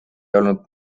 olnud